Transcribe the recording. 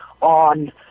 on